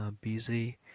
busy